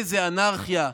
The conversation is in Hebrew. איזה אנרכיה,